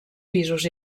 pisos